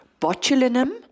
botulinum